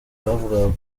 bavugaga